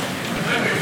עמוקה,